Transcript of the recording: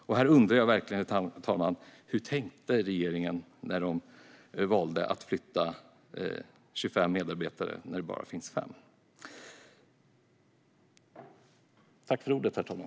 Jag undrar verkligen hur regeringen tänkte när man valde att flytta 25 medarbetare när det finns bara 5.